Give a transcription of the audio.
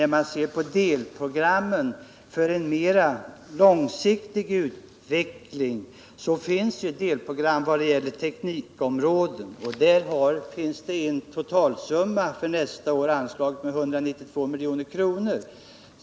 Bland delprogrammen för en mer långsiktig utveckling finns även ett delprogram för teknikområdet. För nästa år finns anslaget en totalsumma på 192 milj.kr.